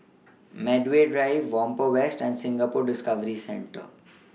Medway Drive Whampoa West and Singapore Discovery Centre